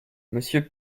monsieur